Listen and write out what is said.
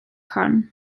hon